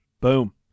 boom